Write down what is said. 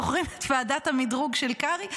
זוכרים את ועדת המדרוג של קרעי?